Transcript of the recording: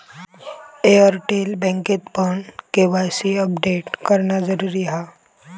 Airtel बँकेतपण KYC update करणा जरुरी हा